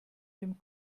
dem